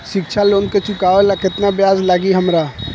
शिक्षा लोन के चुकावेला केतना ब्याज लागि हमरा?